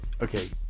Okay